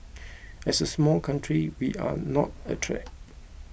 as a small country we are not a threat